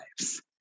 lives